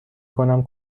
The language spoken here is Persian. کنم